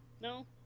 no